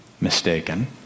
mistaken